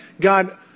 God